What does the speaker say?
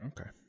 Okay